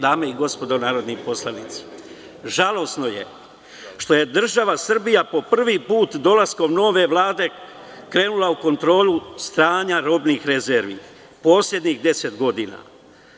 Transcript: Dame i gospodo narodni poslanici, žalosno je što je država Srbija po prvi put, dolaskom nove Vlade, krenula u kontrolu stanja robnih rezervi u poslednjih 10 godina.